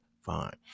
fine